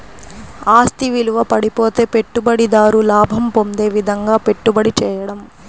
ఆస్తి విలువ పడిపోతే పెట్టుబడిదారు లాభం పొందే విధంగాపెట్టుబడి చేయడం